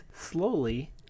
slowly